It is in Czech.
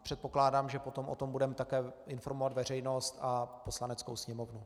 Předpokládám, že potom o tom budeme také informovat veřejnost a Poslaneckou sněmovnu.